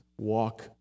walk